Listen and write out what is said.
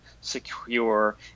secure